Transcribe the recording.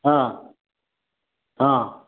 हां हां